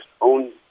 own